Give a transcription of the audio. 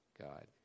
God